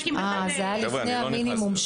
זה היה לפני המינימום.